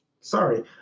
Sorry